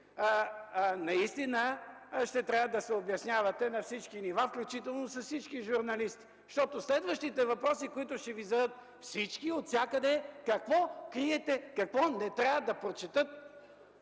наистина ще трябва да се обяснявате на всички нива, включително с всички журналисти. Защото следващите въпроси, които ще Ви зададат всички, отвсякъде – какво криете, какво не трябва да прочетат